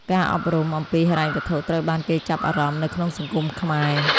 ការអប់រំអំពីហិរញ្ញវត្ថុត្រូវបានគេចាប់អារម្មណ៍នៅក្នុងសង្គមខ្មែរ។